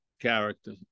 character